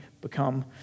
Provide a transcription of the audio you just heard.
become